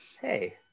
hey